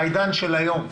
בעידן של היום,